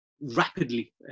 rapidly